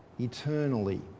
eternally